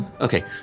Okay